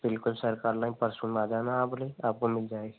बिल्कुल सर परसो में आ जाना आपको मिल जाएगी